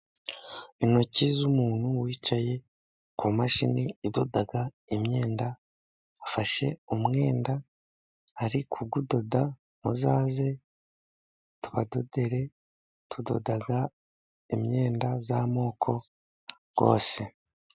Intoki z'umuntu wicaye ku mashini idoda imyenda. Afashe umwenda ari kuwudoda, muzaze tubadodere, tudoda imyenda y'amoko yose.